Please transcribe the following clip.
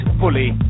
fully